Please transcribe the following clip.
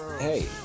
hey